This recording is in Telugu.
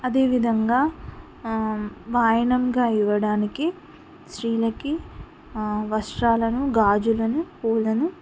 అదేవిధంగా వాయనంగా ఇవ్వడానికి స్త్రీలకి వస్త్రాలను గాజులను పూలనూ